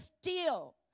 steal